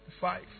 Five